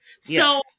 So-